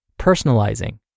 personalizing